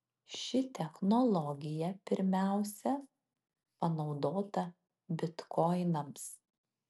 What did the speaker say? ši technologija pirmiausia panaudota bitkoinams